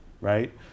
right